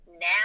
now